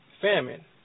famine